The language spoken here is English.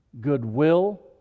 goodwill